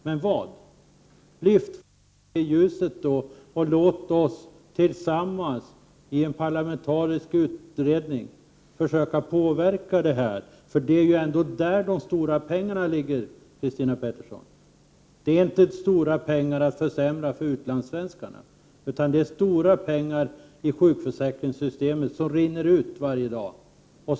Lyft fram detta i ljuset och låt oss gemensamt i en parlamentarisk utredning försöka påverka utvecklingen! Här rör det sig om mycket pengar, Christina Pettersson! När det gäller försämringarna för utlandssvenskarna handlar det inte om stora summor pengar. Däremot rinner mycket pengar varje dag ut ur sjukförsäkringssystemet.